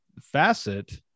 facet